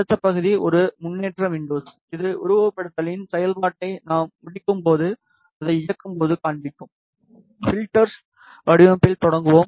அடுத்த பகுதி ஒரு முன்னேற்ற வின்டோஸ் இது உருவகப்படுத்துதலின் செயல்பாட்டை நாம் முடிக்கும்போது அதை இயக்கும்போது காண்பிக்கும் ஃபில்டர் வடிவமைப்பில் தொடங்குவோம்